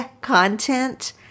content